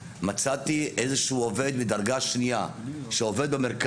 מצאתי איזשהו עובד מדרגה שנייה שעובד במרכז,